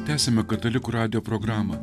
tęsiame katalikų radijo programą